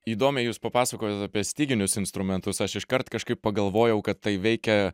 įdomiai jūs papasakojot apie styginius instrumentus aš iškart kažkaip pagalvojau kad tai veikia